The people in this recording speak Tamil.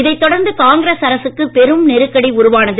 இதை தொடர்ந்து காங்கிரஸ் அரசுக்கு பெரும் நெருக்கடி உருவானது